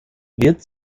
wird